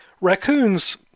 raccoons